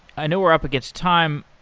i know we're up against time.